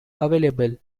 available